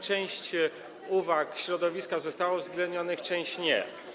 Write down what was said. Część uwag środowiska została uwzględniona, część nie.